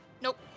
Nope